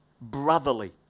brotherly